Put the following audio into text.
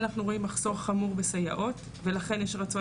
אנחנו רואים מחסור חמור בסייעות ולכן יש רצון